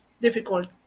difficult